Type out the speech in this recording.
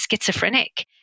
schizophrenic